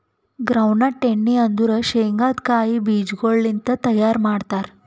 ground nut ಎಣ್ಣಿ ಅಂದುರ್ ಶೇಂಗದ್ ಕಾಯಿ ಬೀಜಗೊಳ್ ಲಿಂತ್ ತೈಯಾರ್ ಮಾಡ್ತಾರ್